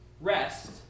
Rest